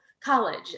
college